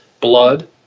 blood